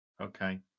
Okay